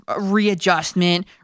readjustment